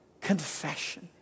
confession